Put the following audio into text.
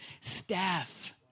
staff